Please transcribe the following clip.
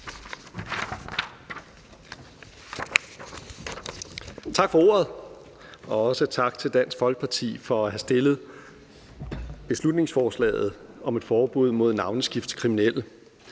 Tak for ordet, og også tak til Dansk Folkeparti for at have fremsat beslutningsforslaget om et forbud mod navneskift for kriminelle.